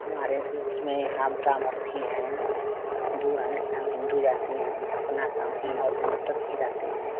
हमारे देश में हम ब्राह्मण भी हैं दूर हैं लेकिन हम हिन्दू जाती हैं अपना काम नौ दिनों तक भी रहते हैं